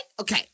Okay